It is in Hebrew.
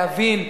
להבין,